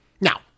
Now